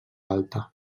alta